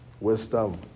Wisdom